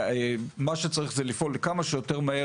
ומה שצריך זה לפעול כמה שיותר מהר,